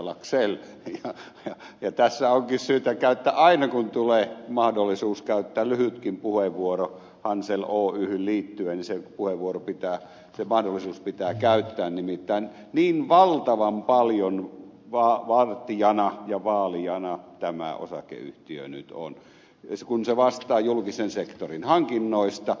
laxell ja tässä onkin syytä käyttää puheenvuoro aina kun tulee mahdollisuus käyttää lyhytkin puheenvuoro hansel oyhyn liittyen se mahdollisuus pitää käyttää nimittäin niin valtavan paljon vartijana ja vaalijana tämä osakeyhtiö nyt on kun se vastaa julkisen sektorin hankinnoista